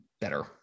better